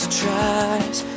tries